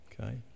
Okay